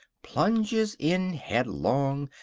plunges in headlong,